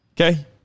Okay